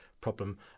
problem